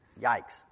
Yikes